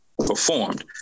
Performed